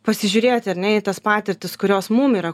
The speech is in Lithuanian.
pasižiūrėti ar ne į tas patirtis kurios mum yra